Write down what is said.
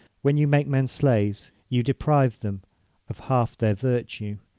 when you make men slaves you deprive them of half their virtue,